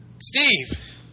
Steve